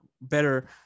better